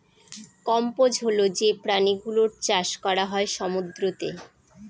কম্বোজ হল যে প্রাণী গুলোর চাষ করা হয় সমুদ্রতে